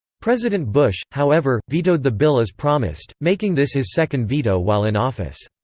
president bush, however, vetoed the bill as promised, making this his second veto while in office.